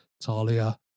Talia